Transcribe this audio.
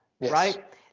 right